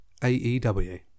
AEW